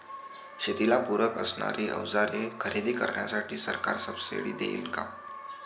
शेतीला पूरक असणारी अवजारे खरेदी करण्यासाठी सरकार सब्सिडी देईन का?